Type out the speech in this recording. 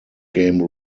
game